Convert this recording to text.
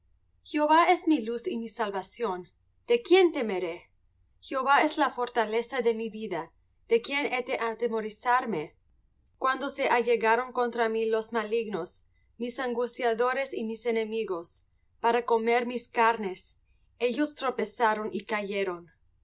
jehova es mi luz y mi salvación de quién temeré jehová es la fortaleza de mi vida de quién he de atemorizarme cuando se allegaron contra mí los malignos mis angustiadores y mis enemigos para comer mis carnes ellos tropezaron y cayeron